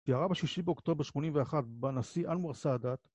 ירה בשישי באוקטובר 81', ‫בנשיא אנואר סאדאת,